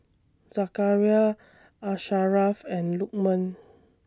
Zakaria Asharaff and Lukman